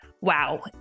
Wow